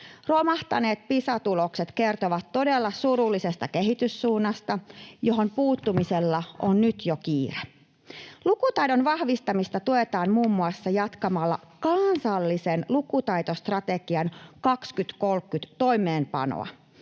Romahtaneet Pisa-tulokset kertovat todella surullisesta kehityssuunnasta, johon puuttumisella on nyt jo kiire. Lukutaidon vahvistamista tuetaan muun muassa jatkamalla Kansallisen lukutaitostrategian 2030 toimeenpanoa.